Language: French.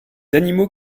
animaux